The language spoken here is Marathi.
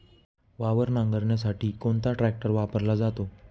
वावर नांगरणीसाठी कोणता ट्रॅक्टर वापरला जातो?